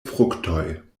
fruktoj